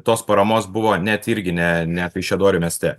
tos paramos buvo net irgi ne ne kaišiadorių mieste